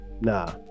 nah